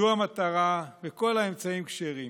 זו המטרה, וכל האמצעים כשרים.